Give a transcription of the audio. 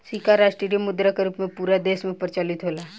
सिक्का राष्ट्रीय मुद्रा के रूप में पूरा देश में प्रचलित होला